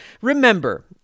Remember